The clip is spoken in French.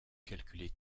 calculer